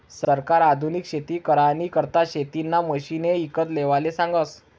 सरकार आधुनिक शेती करानी करता शेतीना मशिने ईकत लेवाले सांगस